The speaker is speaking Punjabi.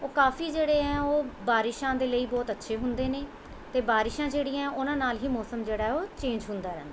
ਉਹ ਕਾਫ਼ੀ ਜਿਹੜੇ ਹੈ ਉਹ ਬਾਰਿਸ਼ਾਂ ਦੇ ਲਈ ਬਹੁਤ ਅੱਛੇ ਹੁੰਦੇ ਨੇ ਅਤੇ ਬਾਰਿਸ਼ਾਂ ਜਿਹੜੀਆਂ ਉਹਨਾਂ ਨਾਲ਼ ਹੀ ਮੌਸਮ ਜਿਹੜਾ ਉਹ ਚੇਂਜ ਹੁੰਦਾ ਰਹਿੰਦਾ